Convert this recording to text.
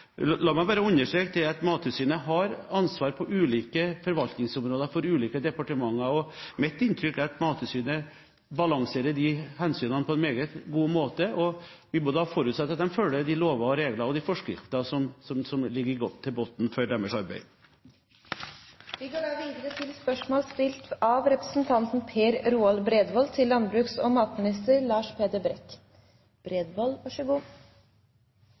La meg bare understreke at Mattilsynet har ansvaret for ulike forvaltningsområder for ulike departementer, og mitt inntrykk er at Mattilsynet balanserer de hensynene på en meget god måte. Vi må da forutsette at de følger de lover og regler og de forskrifter som ligger i bunnen for deres arbeid. Jeg ønsker å stille statsråden følgende spørsmål: «Jeg registrerer at lederen i Småbrukarlaget mener at likestilling og likeverd må inn i den kommende stortingsmeldingen om landbruks- og